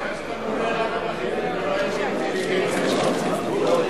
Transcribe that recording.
חשבתי שאתה מדבר רק על החינוך ולא על האינטליגנציה של הציבור.